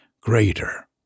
greater